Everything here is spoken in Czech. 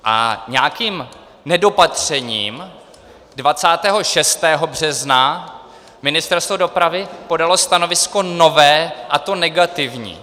A nějakým nedopatřením 26. března Ministerstvo dopravy podalo stanovisko nové, a to negativní.